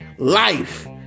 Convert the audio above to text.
Life